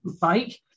bike